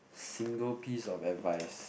single piece of advice